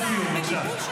אתה עכשיו גינית את אותו